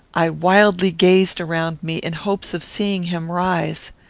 i wildly gazed around me, in hopes of seeing him rise.